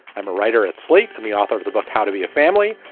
i'm a writer at slate and the author of the book how to be a family.